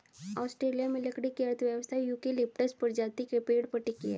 Australia में लकड़ी की अर्थव्यवस्था यूकेलिप्टस प्रजाति के पेड़ पर टिकी है